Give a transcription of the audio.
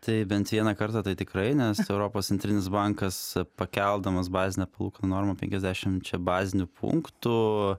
tai bent vieną kartą tai tikrai nes europos centrinis bankas pakeldamas bazinę palūkanų normą penkiasdešimčia bazinių punktų